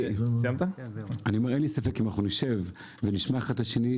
אין לי ספק שאם נשב ונשמע אחד את השני,